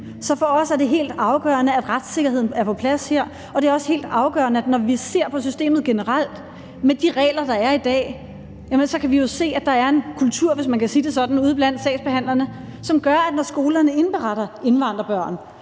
Så for os er det helt afgørende, at retssikkerheden er på plads her, og det er også helt afgørende, at når vi ser på systemet generelt, med de regler, der i dag, så kan vi jo se, at der er en kultur – hvis man kan sige det sådan – blandt sagsbehandlerne, som gør, at når skolerne indberetter indvandrerbørn